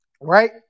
Right